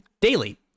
Daily